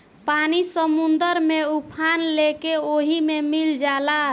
पानी समुंदर में उफान लेके ओहि मे मिल जाला